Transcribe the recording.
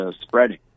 spreading